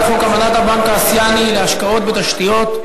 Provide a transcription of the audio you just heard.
חוק אמנת הבנק האסייני להשקעות בתשתיות,